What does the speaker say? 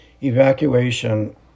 evacuation